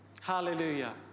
Hallelujah